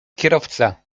kierowca